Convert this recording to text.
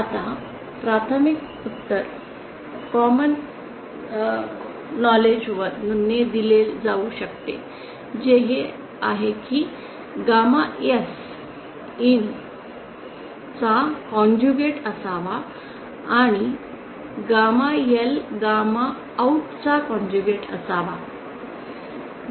आता प्राथमिक उत्तर सामान्य ज्ञानाने दिले जाऊ शकते जे हे आहे की गॅमा S गॅमा IN चा कॉन्जुगेट असावा आणि गामा L गॅमा OUT चा कॉन्जुगेट असावा